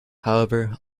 however